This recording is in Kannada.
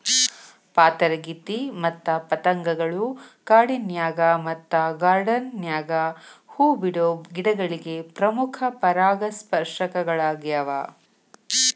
ಪಾತರಗಿತ್ತಿ ಮತ್ತ ಪತಂಗಗಳು ಕಾಡಿನ್ಯಾಗ ಮತ್ತ ಗಾರ್ಡಾನ್ ನ್ಯಾಗ ಹೂ ಬಿಡೋ ಗಿಡಗಳಿಗೆ ಪ್ರಮುಖ ಪರಾಗಸ್ಪರ್ಶಕಗಳ್ಯಾವ